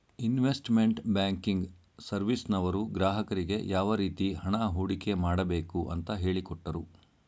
investment banking ಸರ್ವಿಸ್ನವರು ಗ್ರಾಹಕರಿಗೆ ಯಾವ ರೀತಿ ಹಣ ಹೂಡಿಕೆ ಮಾಡಬೇಕು ಅಂತ ಹೇಳಿಕೊಟ್ಟರು